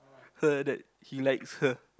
her that he likes her